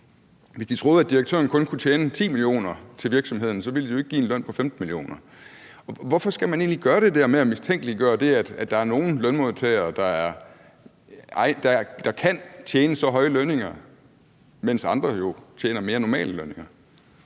Hvis de troede, at direktøren kun kunne tjene 10 mio. kr. til virksomheden, ville de jo ikke give en løn på 15 mio. kr. Hvorfor skal man egentlig gøre det der med at mistænkeliggøre, at der er nogle lønmodtagere, der kan tjene så høje lønninger, mens andre tjener mere normale lønninger?